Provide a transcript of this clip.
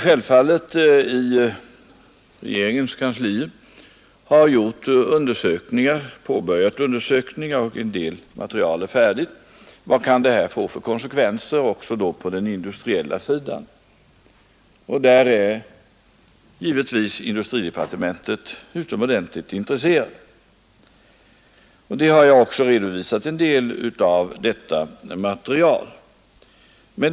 Självfallet har vi emellertid inom regeringens kanslier påbörjat undersökningar, och en del material är också färdigt. Industridepartementet är naturligtvis utomordentligt intresserat av vilka konsekvenser detta förslag kan få på det industriella området, och jag har också redovisat en del av det materialet.